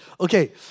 Okay